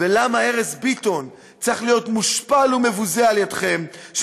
ולמה ארז ביטון צריך להיות מושפל ומבוזה על-ידיכם,